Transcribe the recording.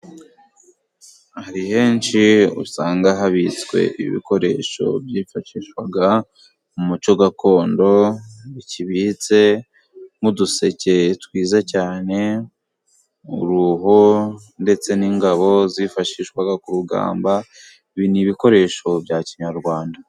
Hari henshi usanga habitswe ibikoresho byifashishwaga mu muco gakondo bikibitse nk'uduseke twiza cyane, uruho ndetse n'ingabo zifashishwaga ku rugamba, ibi ni ibikoresho bya kinyarwanda.